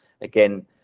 again